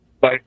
Bye